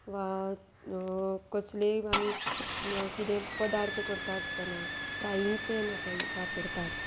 वा कसलेय आमी किदें पदार्थ करता आसतना फ्रायींग पॅन आतां वापरतात